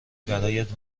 برایت